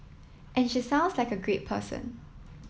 and she sounds like a great person